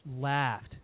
laughed